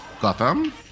gotham